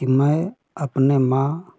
कि मैं अपने माँ